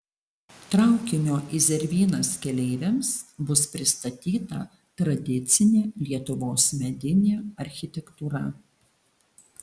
traukinio į zervynas keleiviams bus pristatyta tradicinė lietuvos medinė architektūra